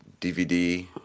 DVD